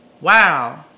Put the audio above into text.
Wow